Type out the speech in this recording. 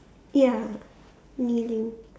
ya